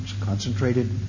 concentrated